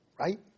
right